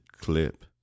clip